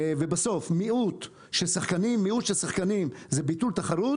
בסוף, מיעוט של שחקנים זה ביטול תחרות,